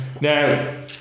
Now